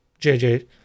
JJ